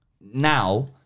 now